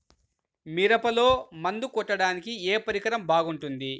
మిరపలో మందు కొట్టాడానికి ఏ పరికరం బాగుంటుంది?